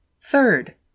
Third